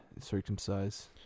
circumcise